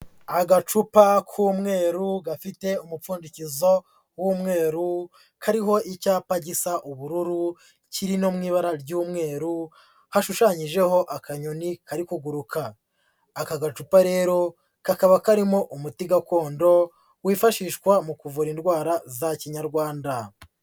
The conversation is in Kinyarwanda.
Agacupa k'umweru ,gafite umupfundikizo w'umweru, kariho icyapa gisa ubururu, kiri no mu ibara ry'umweru, hashushanyijeho akanyoni kari kuguruka. Aka gacupa rero, kakaba karimo umuti gakondo wifashishwa mu kuvura indwara za kinyarwanda.